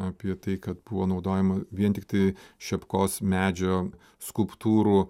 apie tai kad buvo naudojama vien tiktai šepkos medžio skulptūrų